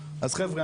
אז חבר'ה,